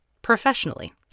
professionally